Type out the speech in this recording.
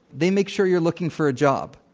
they make sure you're looking for a job.